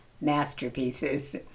masterpieces